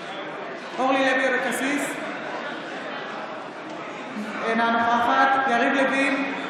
אורלי לוי אבקסיס, אינה נוכחת יריב לוין,